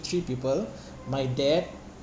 three people my dad